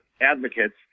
advocates